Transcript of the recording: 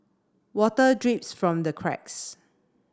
water drips from the cracks